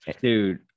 dude